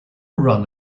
run